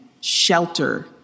shelter